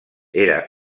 era